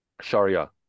sharia